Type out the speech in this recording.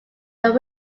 are